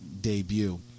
debut